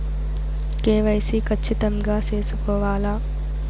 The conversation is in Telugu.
కె.వై.సి ఖచ్చితంగా సేసుకోవాలా